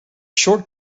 short